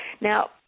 Now